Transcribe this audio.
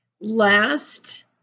Last